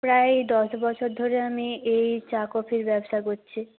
প্রায় দশ বছর ধরে আমি এই চা কফির ব্যবসা করছি